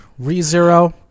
ReZero